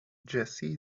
jessie